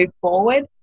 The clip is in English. forward